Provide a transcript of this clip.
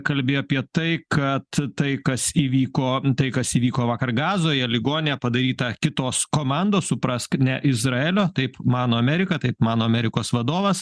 kalbėjo apie tai kad tai kas įvyko tai kas įvyko vakar gazoje ligonė padaryta kitos komandos suprask ne izraelio taip mano amerika taip mano amerikos vadovas